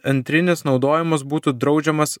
antrinis naudojimas būtų draudžiamas